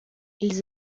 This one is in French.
ils